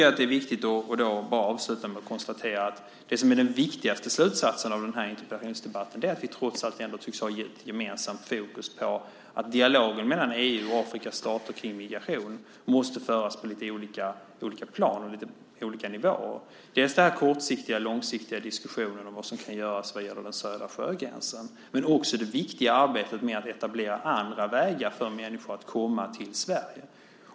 Jag vill bara avsluta med att konstatera att den viktigaste slutsatsen av denna interpellationsdebatt är att vi trots allt tycks ha ett gemensamt fokus på att dialogen mellan EU och Afrikas stater kring migration måste föras på lite olika plan och olika nivåer. Det gäller dels de kortsiktiga och långsiktiga diskussionerna om vad som kan göras vad gäller den södra sjögränsen, dels det viktiga arbetet med att etablera andra vägar för människor att komma till Sverige.